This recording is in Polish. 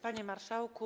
Panie Marszałku!